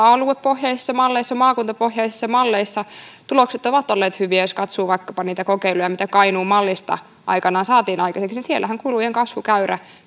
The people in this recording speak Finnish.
aluepohjaisissa malleissa maakuntapohjaisissa malleissa tulokset ovat olleet hyviä jos katsoo vaikkapa niitä kokeiluja mitä kainuun mallista aikanaan saatiin aikaiseksi siellähän kulujen kasvukäyrä